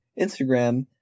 Instagram